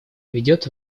ведет